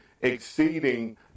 exceeding